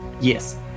Yes